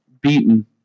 beaten